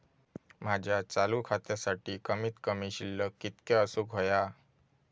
माझ्या चालू खात्यासाठी कमित कमी शिल्लक कितक्या असूक होया?